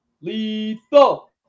Lethal